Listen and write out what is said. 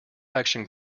action